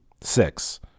six